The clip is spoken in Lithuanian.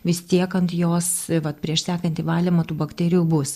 vis tiek ant jos vat prieš sekantį valymą tų bakterijų bus